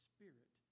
Spirit